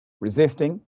resisting